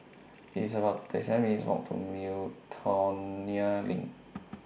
It's about thirty seven minutes' Walk to Miltonia LINK